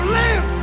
live